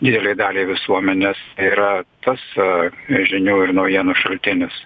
didelei daliai visuomenės yra tas ir žinių ir naujienų šaltinis